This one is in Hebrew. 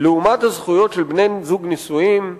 לעומת הזכויות של בני-זוג נשואים,